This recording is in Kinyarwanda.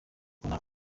kubona